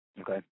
okay